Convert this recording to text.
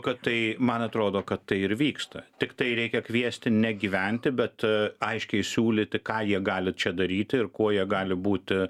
kad tai man atrodo kad tai ir vyksta tiktai reikia kviesti negyventi bet aiškiai siūlyti ką jie gali čia daryti ir kuo jie gali būti